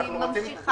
אני מדבר